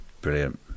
brilliant